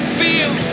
feel